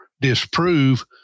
disprove